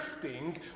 drifting